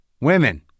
women